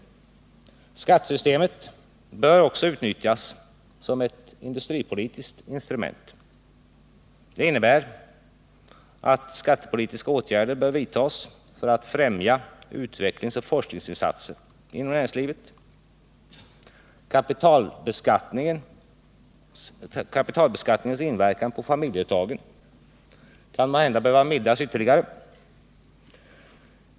Skattesystemet bör också utnyttjas som ett industripolitiskt instrument. Det innebär att skattepolitiska åtgärder bör vidtas för att främja utvecklingsoch forskningsinsatser inom näringslivet. Kapitalbeskattningens inverkan på familjeföretagen kan måhända behöva mildras ytterligare.